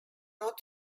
not